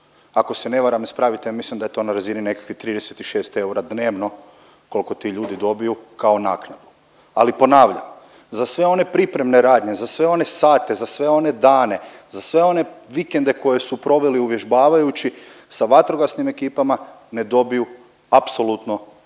Ako se ne varam ispravite me, mislim da je to na razini nekakvih 36 eura dnevno kolko ti ljudi dobiju kao naknadu. Ali ponavljam, za sve one pripremne radnje, za sve one sate, za sve one dane, za sve one vikende koje su proveli uvježbavajući sa vatrogasnim ekipama ne dobiju apsolutno ništa.